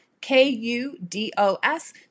K-U-D-O-S